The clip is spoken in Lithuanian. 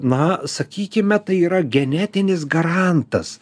na sakykime tai yra genetinis garantas